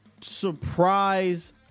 Surprise